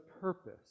purpose